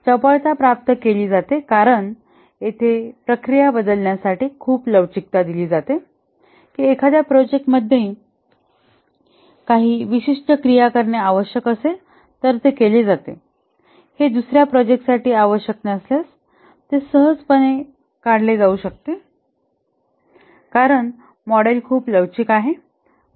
चपळता प्राप्त केली जाते कारण येथे प्रक्रिया बदलण्यासाठी खूप लवचिकता देतात की एखाद्या प्रोजेक्ट मध्ये काही विशिष्ट क्रिया करणे आवश्यक असेल तर ते केले जाते हे दुसर्या प्रोजेक्टसाठी आवश्यक नसल्यास ते सहजपणे सोडले जाऊ शकते कारण मॉडेल खूप लवचिक आहे